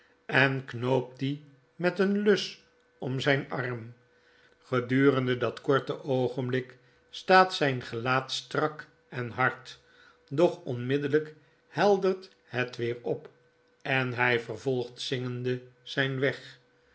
en knoopt die met een lus om zijn arm gedurende dat korte oogenblik staat zijn gelaat strak en hard doch onmiddellijk heldert het weer op en hij vervolgt zingende zijn weg